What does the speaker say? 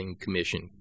commission